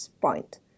point